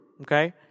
Okay